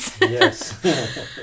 Yes